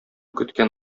көткән